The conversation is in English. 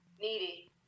Needy